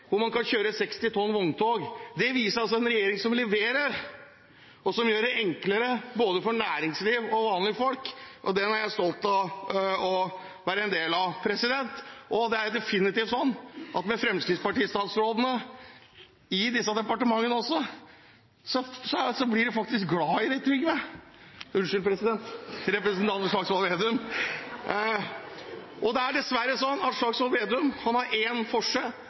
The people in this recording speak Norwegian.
60 tonn. Det viser altså en regjering som leverer, og som gjør det enklere både for næringsliv og for vanlige folk – og den er jeg stolt av å være en del av. Og det er definitivt sånn at med Fremskrittsparti-statsrådene i disse departementene, blir man faktisk glad i deg Trygve – unnskyld, president, i representanten Slagsvold Vedum! Men det er dessverre sånn at Slagsvold Vedum har